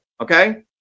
okay